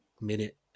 minute